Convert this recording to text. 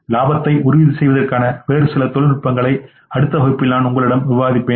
லாபத்தை உறுதி செய்வதற்கான வேறு சில நுட்பங்களைச் அடுத்த வகுப்பில் நான் உங்களுடன் விவாதிப்பேன்